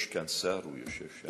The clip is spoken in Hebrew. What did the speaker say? יש כאן שר, הוא יושב שם.